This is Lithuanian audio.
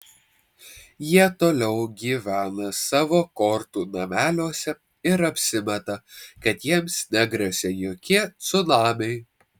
jie toliau gyvena savo kortų nameliuose ir apsimeta kad jiems negresia jokie cunamiai